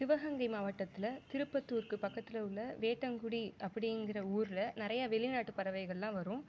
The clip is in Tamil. சிவகங்கை மாவட்டத்தில் திருப்பத்தூருக்கு பக்கத்தில் உள்ள வேட்டங்குடி அப்படிங்குற ஊரில் நிறையா வெளிநாட்டு பறவைகளெலாம் வரும்